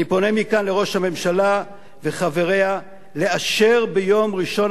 אני פונה מכאן לראש הממשלה ולחבריה לאשר ביום ראשון